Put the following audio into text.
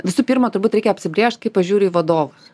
visų pirma turbūt reikia apsibrėžt kaip aš žiūriu į vadovus